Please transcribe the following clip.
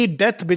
death